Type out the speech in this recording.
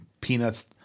Peanuts